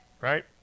Right